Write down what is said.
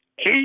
Eight